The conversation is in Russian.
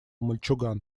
мальчуган